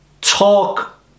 talk